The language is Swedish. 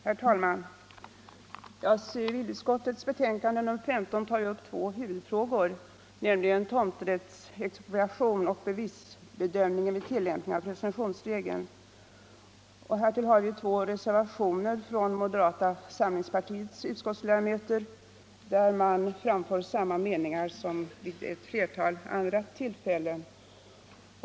Herr talman! Civilutskottets betänkande nr 15 tar upp två huvudfrågor, nämligen tomträttsexpropriation och bevisbedömningen vid tillämpning av presumtionsregeln. Härtill kommer två reservationer från moderata samlingspartiets utskottsledamöter, där man framför samma meningar som vid ett flertal andra tillfällen.